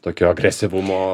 tokio agresyvumo